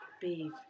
Beef